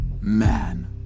man